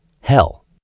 hell